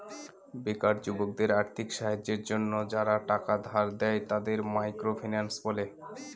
বেকার যুবকদের আর্থিক সাহায্যের জন্য যারা টাকা ধার দেয়, তাদের মাইক্রো ফিন্যান্স বলে